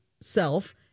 self